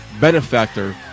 benefactor